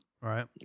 Right